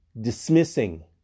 dismissing